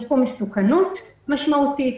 יש פה מסוכנות משמעותית,